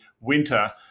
winter